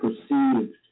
perceived